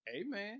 Amen